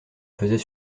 faisait